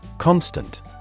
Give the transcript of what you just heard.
Constant